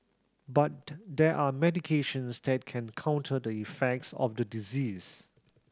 but there are medications that can counter the effects of the disease